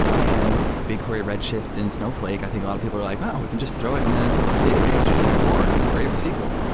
and with bigquery, red shift, and snowfl ake, i think a lot of people were like, oh! we can just throw in the database just like before and create with sql.